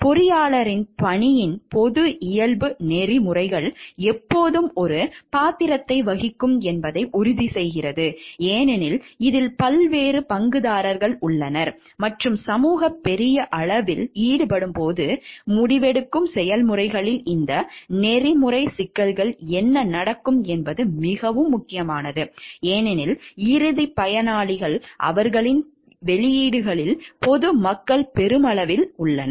பொறியியலாளரின் பணியின் பொது இயல்பு நெறிமுறைகள் எப்போதும் ஒரு பாத்திரத்தை வகிக்கும் என்பதை உறுதி செய்கிறது ஏனெனில் இதில் பல்வேறு பங்குதாரர்கள் உள்ளனர் மற்றும் சமூகம் பெரிய அளவில் ஈடுபடும்போது முடிவெடுக்கும் செயல்முறைகளில் இந்த நெறிமுறை சிக்கல்கள் என்ன நடக்கும் என்பது மிகவும் முக்கியமானது ஏனெனில் இறுதி பயனாளிகள் அவர்களின் வெளியீடுகளில் பொது மக்கள் பெருமளவில் உள்ளனர்